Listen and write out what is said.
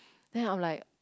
then I was like